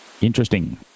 Interesting